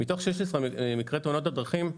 מתוך 16 מקרי תאונות הדרכים,